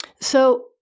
So-